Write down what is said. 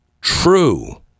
true